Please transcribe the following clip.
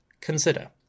Consider